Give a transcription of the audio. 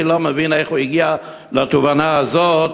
אני לא מבין איך הוא הגיע לתובנה הזאת.